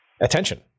attention